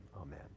amen